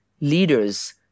leaders